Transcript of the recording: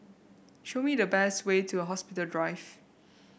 show me the best way to Hospital Drive